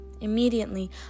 Immediately